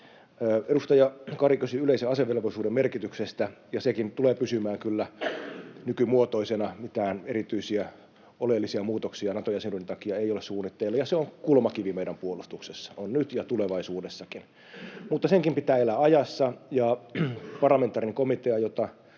Edustaja Kari kysyi yleisen asevelvollisuuden merkityksestä, ja sekin tulee pysymään kyllä nykymuotoisena. Mitään erityisiä oleellisia muutoksia Nato-jäsenyyden takia ei ole suunnitteilla, ja se on kulmakivi meidän puolustuksessa, on nyt ja tulevaisuudessakin. Mutta senkin pitää elää ajassa, ja parlamentaarinen komitea,